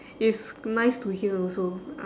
it's nice to hear also uh